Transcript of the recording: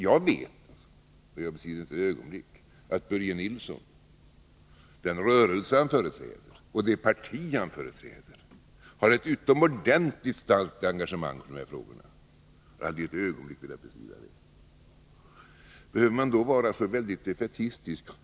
Jag vet — jag bestrider det inte ett ögonblick — att den rörelse och det parti som Börje Nilsson företräder har ett utomordentligt starkt engagemang i de här frågorna. Behöver man då vara så defaitistisk?